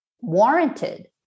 warranted